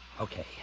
Okay